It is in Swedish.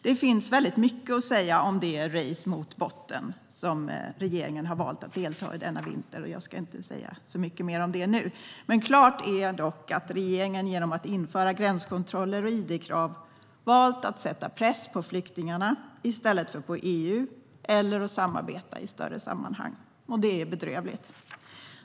Det finns väldigt mycket att säga om det race mot botten som regeringen har valt att delta i denna vinter. Jag ska inte säga så mycket mer om det nu. Klart är dock att regeringen genom att införa gränskontroller och id-krav valt att sätta press på flyktingarna i stället för att sätta press på EU eller samarbeta i större sammanhang. Det är bedrövligt.